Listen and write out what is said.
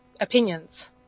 opinions